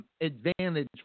advantage